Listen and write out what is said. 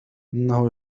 إنه